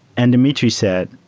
and dimitri said,